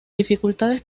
dificultades